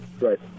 Right